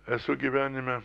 esu gyvenime